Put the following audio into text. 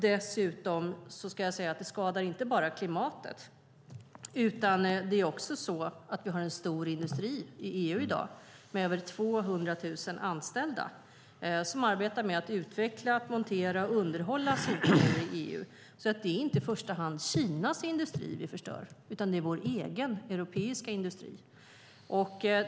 Dessutom ska jag säga att det skadar inte bara klimatet, utan vi har också en stor industri i EU i dag med över 200 000 anställda som arbetar med att utveckla, montera och underhålla solpaneler i EU. Det är alltså inte i första hand Kinas industri vi förstör, utan det är vår egen europeiska industri som drabbas.